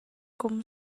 kum